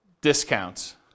discounts